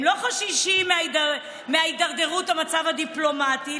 הם לא חוששים מהידרדרות המצב הדיפלומטי,